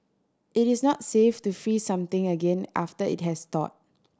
it is not safe to freeze something again after it has thawed